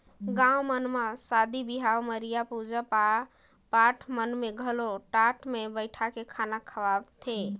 गाँव मन म सादी बिहाव, मरिया, पूजा पाठ मन में घलो टाट मे बइठाके खाना खवाथे